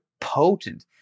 potent